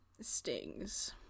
stings